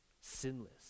Sinless